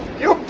yo